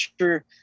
sure